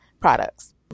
products